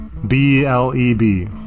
B-L-E-B